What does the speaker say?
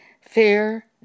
fear